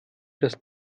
das